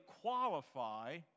qualify